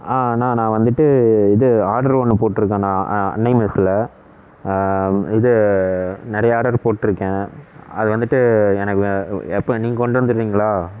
ஆ அண்ணா நான் வந்துட்டு இது ஆடர் ஒன்று போட்டிருக்கேண்ணா அன்னை மெஸ்சில் இது நிறையா ஆடர் போட்டிருக்கேன் அது வந்துட்டு எனக்கு எப்போ நீங்கள் கொண்டு வந்துவிடுறீங்களா